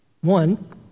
One